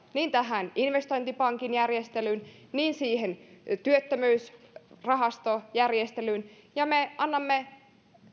niin tähän investointipankin järjestelyyn kuin siihen työttömyysrahastojärjestelyyn ja me annamme